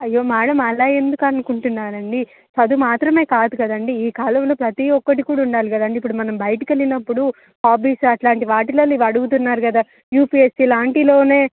అయ్యో మ్యాడమ్ అలా ఎందుకు అనుకుంటున్నారు అండి చదువు మాత్రమే కాదు కదండి ఈ కాలంలో ప్రతి ఒకటి కూడా ఉండాలి కదండి ఇప్పుడు మనం బయటికు వెళ్ళినప్పుడు హాబీస్ అలాంటి వాటిలో ఇవి అడుగుతున్నారు కదా యూపిఎస్సి లాంటిలో